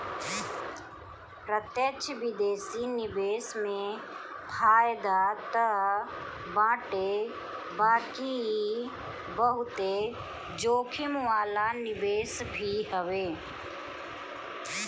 प्रत्यक्ष विदेशी निवेश में फायदा तअ बाटे बाकी इ बहुते जोखिम वाला निवेश भी हवे